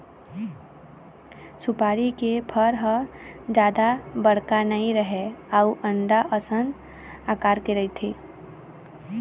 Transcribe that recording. सुपारी के फर ह जादा बड़का नइ रहय अउ अंडा असन अकार के रहिथे